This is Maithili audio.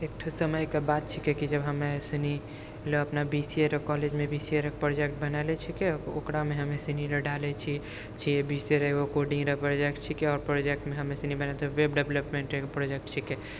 एकठो समयके बात छिकै कि जब हमे सनी अपने बी सी ए कॉलेजमे बी सी ए रऽ प्रोजेक्ट बनैलऽ छिकै ओकरामे हमेसनी डालै छिए जे बी सी ए रऽ एगो कोडिङ्गरऽ प्रोजेक्ट छिकै आओर प्रोजेक्टमे हमेसनी बनबै छिए वेब डेवलपमेन्ट एगो प्रोजेक्ट छिकै